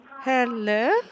Hello